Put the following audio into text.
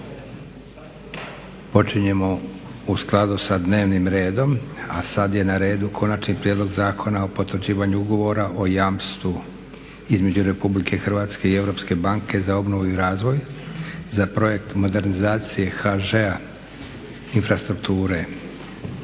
Počinjemo u skladu sa dnevnim redom, a sad je na redu - Konačni prijedlog zakona o potvrđivanju Ugovora o jamstvu između Republike Hrvatske i Europske banke za obnovu i razvoj za "Projekt modernizacije HŽ Infrastrukture",